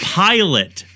pilot